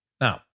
Now